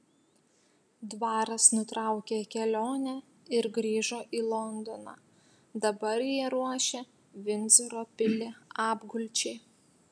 dvaras nutraukė kelionę ir grįžo į londoną dabar jie ruošia vindzoro pilį apgulčiai